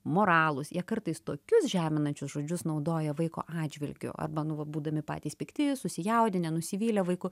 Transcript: moralus jie kartais tokius žeminančius žodžius naudoja vaiko atžvilgiu arba nu va būdami patys pikti susijaudinę nusivylę vaiku